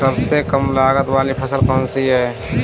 सबसे कम लागत वाली फसल कौन सी है?